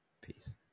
Peace